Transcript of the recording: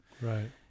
Right